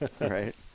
right